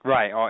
Right